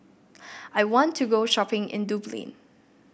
I want to go shopping in Dublin